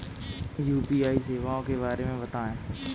UPI सेवाओं के बारे में बताएँ?